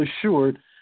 assured